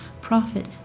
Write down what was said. profit